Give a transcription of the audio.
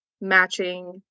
matching